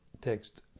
Text